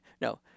No